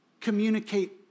communicate